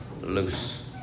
Loose